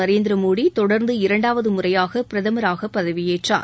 நரேந்திரமோடி தொடர்ந்து இரண்டாவது முறையாக பிரதமராக பதவியேற்றார்